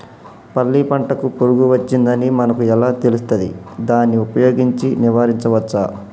పల్లి పంటకు పురుగు వచ్చిందని మనకు ఎలా తెలుస్తది దాన్ని ఉపయోగించి నివారించవచ్చా?